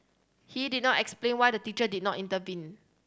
he did not explain why the teacher did not intervene